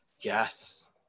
Yes